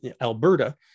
Alberta